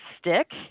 stick